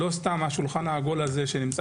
לא סתם השולחן העגול הזה שנמצא